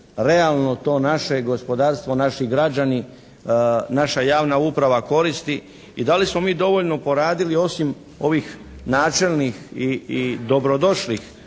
realno to naše gospodarstvo, naši građani, naša javna uprava koristi? I da li smo mi dovoljno poradili osim ovih načelnih i dobrodošlih